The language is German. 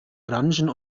orangen